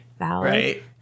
Right